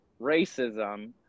racism